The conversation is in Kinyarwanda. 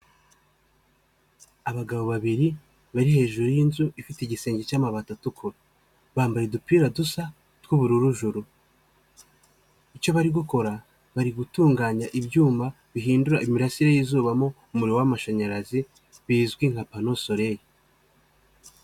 Abagabo babiri bari hejuru y'inzu, ifite igisenge cy'amabati atukura, bambaye udupira dusa tw'ubururujuru, icyo bari gukora, bari gutunganya ibyuma bihindura imirasire y'izuba mo umuriro w'amashanyarazi, bizwi nka pano soreye.